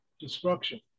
destruction